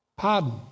pardon